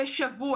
בשבוע.